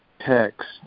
text